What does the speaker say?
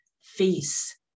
face